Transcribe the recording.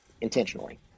intentionally